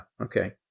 okay